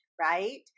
right